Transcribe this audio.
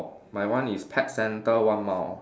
my one is pet centre one mile